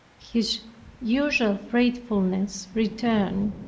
his usual fretfulness returned.